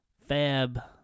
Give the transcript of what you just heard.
fab